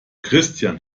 christian